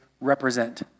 represent